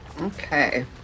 Okay